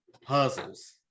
puzzles